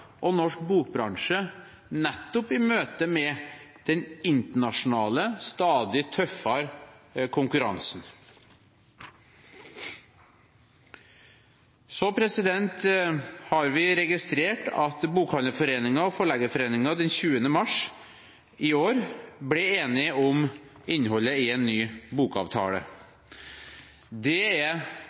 og norsk bokbransje nettopp i møte med den internasjonale, stadig tøffere konkurransen. Så har vi registrert at Bokhandlerforeningen og Forleggerforeningen den 20. mars i år ble enige om innholdet i en ny bokavtale. Det er